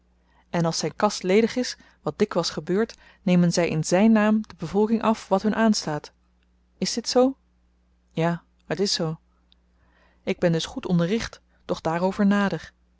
en als zyn kas ledig is wat dikwyls gebeurt nemen zy in zyn naam de bevolking af wat hun aanstaat is dit zoo ja het is zoo ik ben dus goed onderricht doch daarover nader